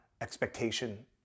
expectation